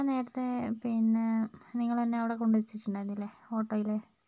ഞാൻ നേരത്തേ പിന്നേ നിങ്ങൾ എന്നെ അവിടെ കൊണ്ട് എത്തിച്ചിട്ടുണ്ടായിരുന്നില്ലേ ഓട്ടോയിൽ